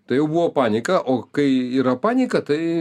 tai jau buvo panika o kai yra panika tai